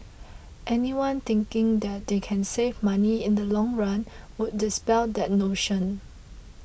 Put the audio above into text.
anyone thinking that they can save money in the long run would dispel that notion